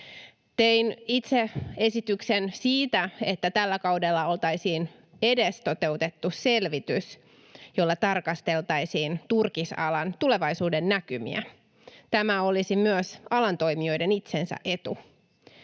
Tein itse esityksen siitä, että tällä kaudella oltaisiin edes toteutettu selvitys, jolla tarkasteltaisiin turkisalan tulevaisuuden näkymiä. Tämä olisi myös alan toimijoiden itsensä etu.